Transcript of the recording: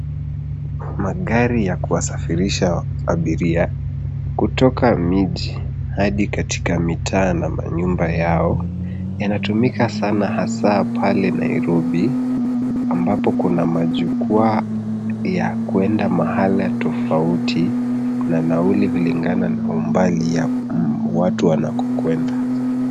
Magari ya kuwasafirisha abiria kutoka miji hadi katika mitaa na manyumba yao yanatumika sana hasa pale Nairobi ambapo kuna majukwaa ya kuenda mahali tofauti na nauli kulingana na umbali ya watu wanakokwenda.